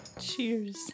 Cheers